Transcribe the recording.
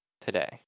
today